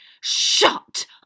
Shut